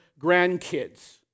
grandkids